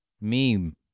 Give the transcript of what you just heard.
Meme